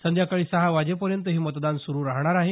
संध्याकाळी सहा वाजेपर्यंत हे मतदान सुरु राहणार आहे